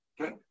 Okay